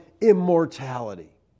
immortality